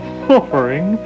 suffering